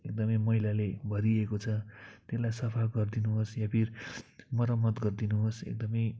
एकदमै मैलाले भारिएको छ त्यसलाई सफा गरिदिनुहोस् या फिर मरम्मत गरिदिनुहोस् एकदमै